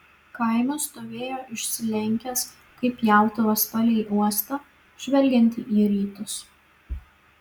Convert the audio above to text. kaimas stovėjo išsilenkęs kaip pjautuvas palei uostą žvelgiantį į rytus